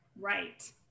right